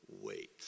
wait